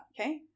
okay